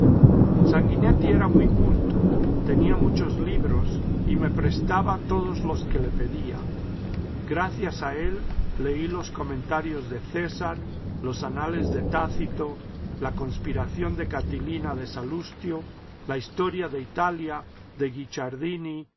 sanguinetti era muy culto tenía muchos libros y me prestaba todos los que le pedía gracias a él leí los comentarios de césar los anales de tácito la conspiración de catilina de salustio la historia de italia de